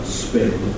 spin